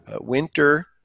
Winter